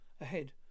ahead